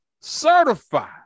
certified